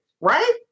Right